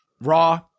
Raw